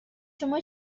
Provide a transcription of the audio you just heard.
شما